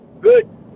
good